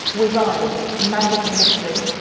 wizardus, magic and mystery'.